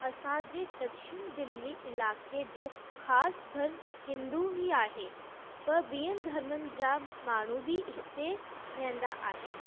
असांजे दक्षिण दिल्ली इलाइक़े जो ख़ासि धर्म हिंदू ई आहे पर ॿियनि धर्मनि जा माण्हू बि हिते रहंदा आहिनि